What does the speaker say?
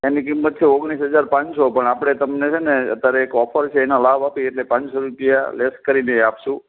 એની કિંમત છે ઓગણીસ હજાર પાંચસો પણ આપણે તમને છે ને અત્યારે એક ઓફર છે એનો લાભ આપીએ એટલે પાંચસો રૂપિયા લેસ કરીને આપીશું